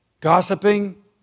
gossiping